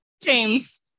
James